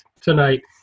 tonight